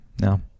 No